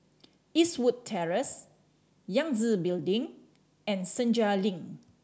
Eastwood Terrace Yangtze Building and Senja Link